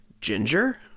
ginger